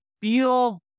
feel